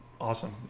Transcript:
awesome